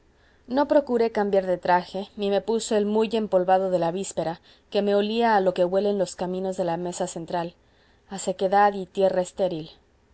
no procuré cambiar de traje y me puse el muy empolvado de la víspera que me olía a lo que huelen los caminos de la mesa central a sequedad y tierra estéril